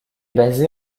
basée